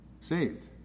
saved